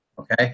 Okay